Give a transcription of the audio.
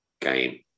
game